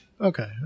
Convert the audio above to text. Okay